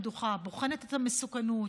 לקטינים,